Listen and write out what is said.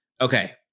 okay